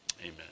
amen